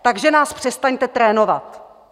Takže nás přestaňte trénovat!